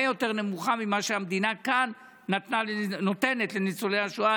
יותר נמוכה ממה שהמדינה כאן נותנת לניצולי השואה.